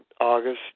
August